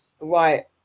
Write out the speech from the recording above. Right